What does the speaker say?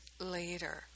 later